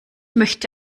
möchte